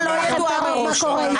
תוצאה ידועה מראש.